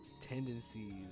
tendencies